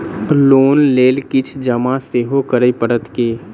Loan लेल किछ जमा सेहो करै पड़त की?